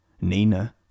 Nina